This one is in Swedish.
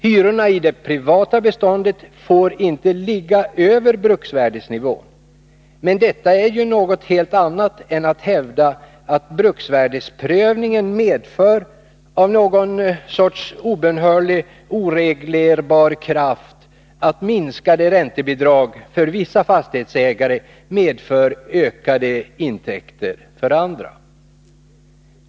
Hyrorna får där inte ligga över bruksvärdenivån. Detta är något helt annat än att hävda att bruksvärdesprövningen — av någon sorts obönhörlig, oreglerbar kraft — innebär att minskade räntebidrag för vissa fastighetsägare medför ökade intäkter för andra.